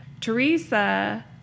Teresa